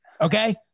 okay